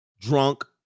drunk